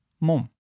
mum